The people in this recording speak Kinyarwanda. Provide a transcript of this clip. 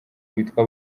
witwa